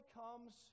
comes